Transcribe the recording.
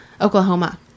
Oklahoma